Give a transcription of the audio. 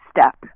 step